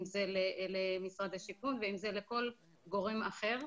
אם זה למשרד השיכון ואם זה לכל גורם אחר.